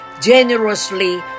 generously